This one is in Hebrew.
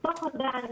זו שעה חובה במערכת.